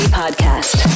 podcast